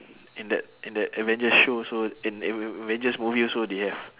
in that in that avenger show also in a~ avengers movie also they have